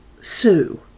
sue